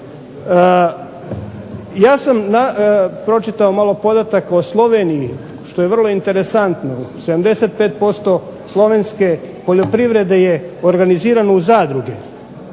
Ja sam pročitao malo podataka o Sloveniji što je vrlo interesantno. 75% slovenske poljoprivrede je organizirano u zadruge,